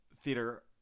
theater